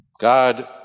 God